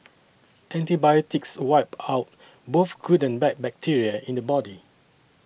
antibiotics wipe out both good and bad bacteria in the body